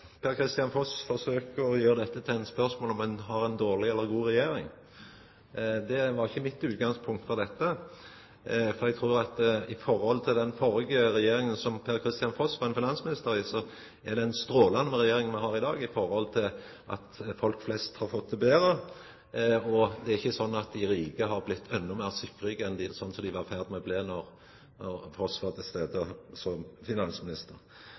å gjera dette til eit spørsmål om ein har ei dårleg eller god regjering. Det var ikkje utgangspunktet mitt, for eg trur at i forhold til den førre regjeringa, som Per-Kristian Foss var finansminister i, er det ei strålande regjering me har i dag, og at folk flest har fått det betre. Det er ikkje slik at dei rike har blitt endå meir søkkrike, slik dei var i ferd med å bli då Foss var finansminister. Men lat oss gå vekk frå dette regjeringssnakket og gå tilbake til